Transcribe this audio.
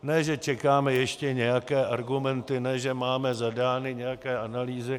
Ne že čekáme ještě nějaké argumenty, ne že máme zadány nějaké analýzy.